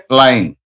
line